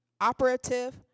operative